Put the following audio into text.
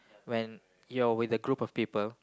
when you're with a group of people